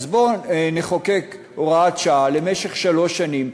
אז בואו נחוקק הוראת שעה למשך שלוש שנים,